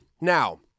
now